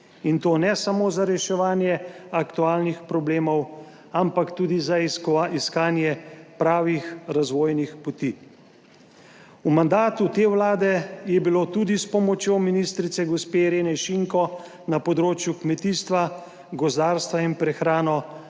in to ne samo za reševanje aktualnih problemov, ampak tudi za iskanje pravih razvojnih poti. V mandatu te Vlade je bilo tudi s pomočjo ministrice, gospe Irene Šinko, na področju kmetijstva, gozdarstva in prehrano